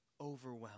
overwhelmed